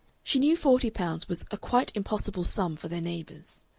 she knew forty pounds was a quite impossible sum for their neighbors.